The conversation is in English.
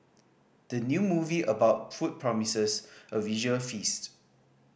the new movie about food promises a visual feast